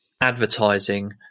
advertising